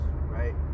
right